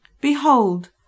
Behold